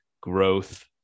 growth